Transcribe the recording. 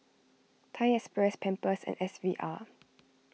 Thai Express Pampers and S V R